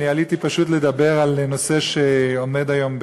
אני עליתי פשוט כדי לדבר על נושא שעומד היום על